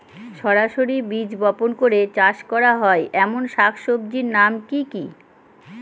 সরাসরি বীজ বপন করে চাষ করা হয় এমন শাকসবজির নাম কি কী?